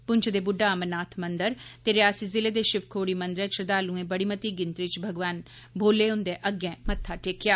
पुंछ दे बुड्डा अमरनाथ मंदर ते रियासी जिले दे शिव खोड़ी मंदरै च श्रद्दालुए बड़ी मती गिनरी च भगवान भोले अग्गैं मत्था टेकेआ